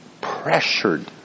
pressured